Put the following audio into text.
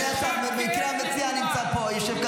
אדוני השר, במקרה המציע נמצא פה.